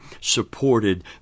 supported